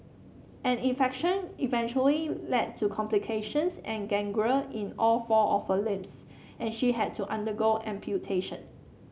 an infection eventually led to complications and gangrene in all four of her limbs and she had to undergo amputation